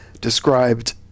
described